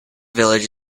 village